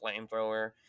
flamethrower